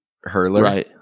hurler